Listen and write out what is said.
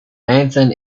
anton